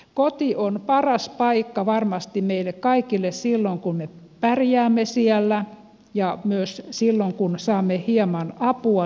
koti on paras paikka varmasti meille kaikille silloin kun me pärjäämme siellä ja myös silloin kun saamme hieman apua sinne